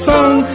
Song